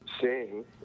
sing